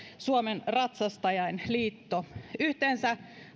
suomen ratsastajainliitto yhteensä